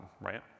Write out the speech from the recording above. right